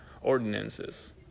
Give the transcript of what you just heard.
ordinances